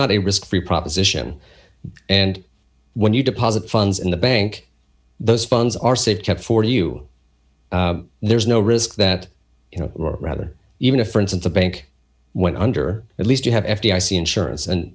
not a risk free proposition and when you deposit funds in the bank those funds are safe kept for you there's no risk that you know or rather even if for instance a bank went under at least you have f d i c insurance and